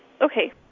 okay